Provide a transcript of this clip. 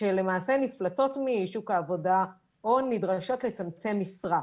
שלמעשה נפלטות משוק העבודה או נדרשות לצמצם משרה.